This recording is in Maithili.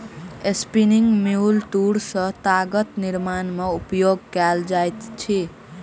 स्पिनिंग म्यूल तूर सॅ तागक निर्माण में उपयोग कएल जाइत अछि